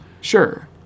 Sure